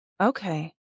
Okay